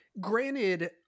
granted